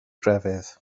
grefydd